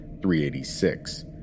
386